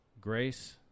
Grace